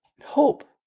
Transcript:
Hope